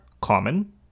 common